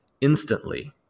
instantly